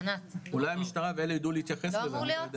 אולי המשטרה יידעו להתייחס לזה.